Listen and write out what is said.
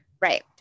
Right